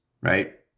right